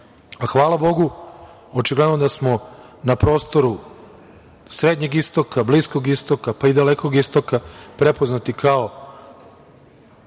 Bogu, očigledno da smo na prostoru srednjeg istoga, Bliskog istoka, pa i Dalekog istoka prepoznati kao